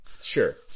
Sure